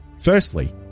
Firstly